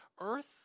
earth